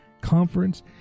Conference